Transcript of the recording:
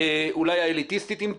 אולי האליטיסטית אם תרצה,